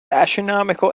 astronomical